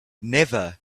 never